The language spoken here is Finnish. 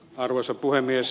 arvoisa puhemies